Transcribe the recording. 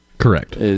Correct